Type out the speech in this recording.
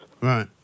Right